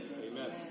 Amen